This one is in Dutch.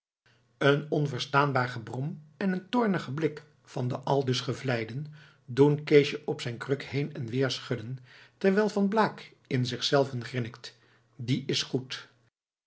een onverstaanbaar gebrom en een toornige blik van den aldus gevleiden doen keesje op zijn kruk heen en weer schudden terwijl van blaak in zichzelven grinnikt die is goed